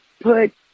put